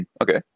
Okay